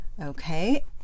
Okay